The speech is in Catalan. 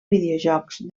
videojocs